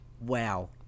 wow